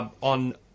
on